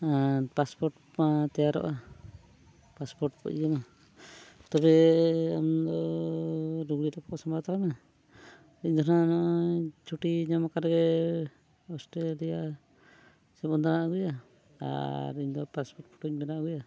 passport ᱛᱮᱭᱟᱨᱚᱜᱼᱟ passport ᱛᱚᱵᱮ ᱟᱢᱫᱚ ᱡᱟᱦᱟᱸ ᱪᱷᱩᱴᱤ ᱧᱟᱢ ᱠᱟᱫ ᱨᱮᱜᱮ ᱚᱥᱴᱨᱮᱹᱞᱤᱭᱟ ᱥᱮᱫ ᱵᱚᱱ ᱫᱟᱬᱟ ᱟᱹᱜᱩᱭᱟ ᱟᱨ ᱤᱧᱫᱚ ᱯᱟᱥᱯᱳᱨᱴ ᱯᱷᱳᱴᱳᱧ ᱵᱮᱱᱟᱣ ᱟᱹᱜᱩᱭᱟ